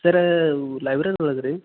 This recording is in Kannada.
ಸರ್ರ ಲೈಬ್ರರಿ ಅವ್ರಲ್ವಾ ರೀ